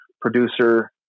producer